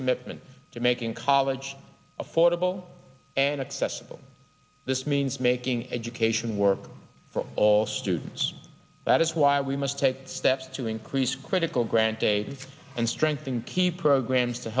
commitment to making college affordable and accessible this means making education work for all students that is why we must take steps to increase critical grant aid and strengthen key programs to